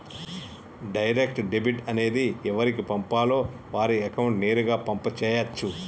direct debit అనేది ఎవరికి పంపాలో వారి అకౌంట్ నేరుగా పంపు చేయచ్చు